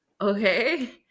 Okay